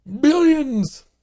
billions